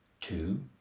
two